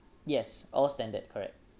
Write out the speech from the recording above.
yes all standard correct